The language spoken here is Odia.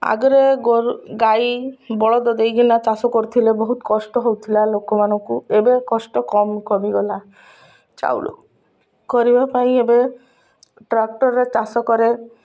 ଆଗରେ ଗୋରୁ ଗାଈ ବଳଦ ଦେଇକିନା ଚାଷ କରୁଥିଲେ ବହୁତ କଷ୍ଟ ହଉଥିଲା ଲୋକମାନଙ୍କୁ ଏବେ କଷ୍ଟ କମ୍ କମିଗଲା ଚାଉଳ କରିବା ପାଇଁ ଏବେ ଟ୍ରାକ୍ଟରରେ ଚାଷ କରେ